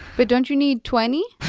but don't you need twenty?